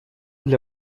для